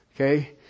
Okay